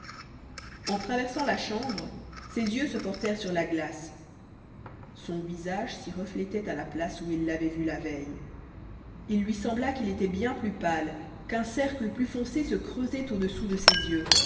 en traversant la chambre ses yeux se portèrent sur la glace son visage s'y reflétait à la place où il l'avait vu la veille il lui sembla qu'il était bien plus pâle qu'un cercle plus foncé se creusait au-dessous de ses yeux